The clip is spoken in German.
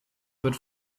wird